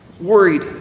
worried